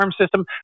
system